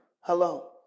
hello